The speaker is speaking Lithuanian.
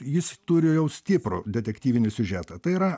jis turi jau stiprų detektyvinį siužetą tai yra